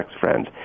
friends